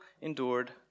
endured